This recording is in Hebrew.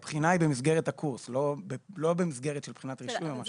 לא במסגרת של בחינת רישוי או משהו כזה.